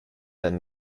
than